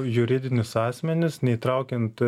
juridinius asmenis neįtraukiant